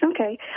okay